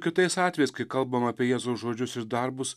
kitais atvejais kai kalbam apie jėzaus žodžius ir darbus